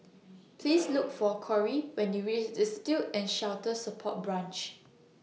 Please Look For Kory when YOU REACH Destitute and Shelter Support Branch